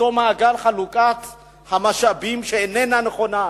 אותו מעגל חלוקת המשאבים, שאיננה נכונה,